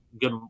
good